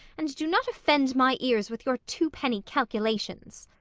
and do not offend my ears with your two-penny calculations.